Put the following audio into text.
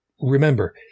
remember